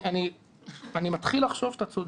אני מתחיל לחשוב שאתה צודק.